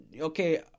okay